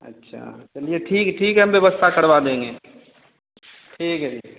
अच्छा चलिए ठीक ठीक है हम व्यवस्था करवा देंगे ठीक है जी